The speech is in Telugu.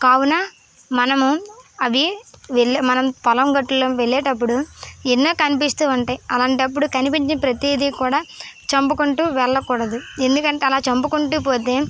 కావున మనము అవి వెళ్ళే మనం పొలం గట్టుల్లో వెళ్ళేటప్పుడు ఎన్నో కనిపిస్తూ ఉంటాయి అలాంటప్పుడు కనిపించిన ప్రతిదీ కూడా చంపుకుంటూ వెళ్ళకూడదు ఎందుకంటే అలా చంపుకుంటూ పోతే